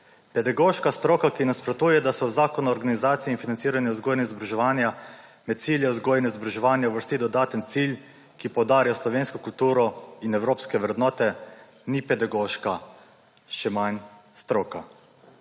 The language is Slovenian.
»Pedagoška stroka, ki nasprotuje, da se v Zakon o organizaciji in financiranju vzgoje in izobraževanja med cilje vzgoje in izobraževanja uvrsti dodaten cilj, ki poudarja slovensko kulturo in evropske vrednote, ni pedagoška, še manj stroka«.